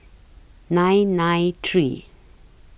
nine nine three